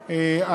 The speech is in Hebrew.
אמרתי: 35 בעד,